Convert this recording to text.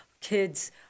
kids